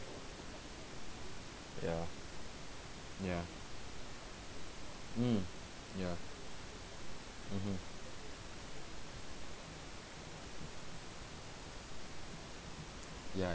ya ya mm ya mmhmm